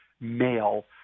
male